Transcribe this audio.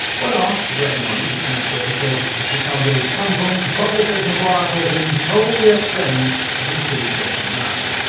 when asked where the money to transport the soldiers to chicago would come from, butler says macguire told him oh, we have friends that include grayson murphy.